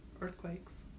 earthquakes